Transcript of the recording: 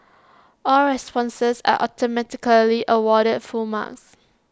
all responses are automatically awarded full marks